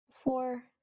Four